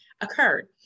occurred